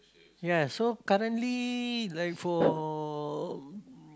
ya so currently like for